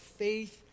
faith